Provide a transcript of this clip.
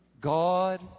God